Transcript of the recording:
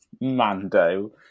Mando